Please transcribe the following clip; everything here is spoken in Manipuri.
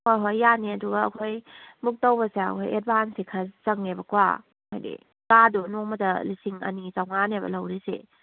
ꯍꯣ ꯍꯣꯏ ꯌꯥꯅꯤ ꯑꯗꯨꯒ ꯑꯩꯈꯣꯏ ꯕꯨꯛ ꯇꯧꯕꯁꯦ ꯑꯩꯈꯣꯏ ꯑꯦꯗꯚꯥꯟꯁꯇꯤ ꯈꯔ ꯆꯪꯉꯦꯕꯀꯣ ꯍꯥꯏꯕꯗꯤ ꯀꯥꯗꯣ ꯅꯣꯡꯃꯗ ꯂꯤꯁꯤꯡ ꯑꯅꯤ ꯆꯝꯉꯥꯅꯦꯕ ꯂꯧꯔꯤꯁꯦ